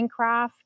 Minecraft